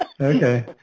Okay